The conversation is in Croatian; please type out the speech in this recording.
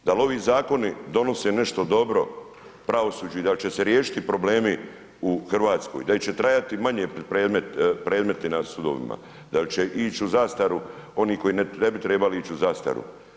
Da ovi zakoni donose nešto dobro pravosuđu i da će se riješiti problemi u Hrvatskoj, da će trajati manje predmeti na sudovima, da li će ići u zastaru oni koji ne bi trebali ići u zastaru.